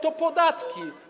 To podatki.